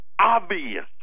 obvious